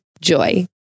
Joy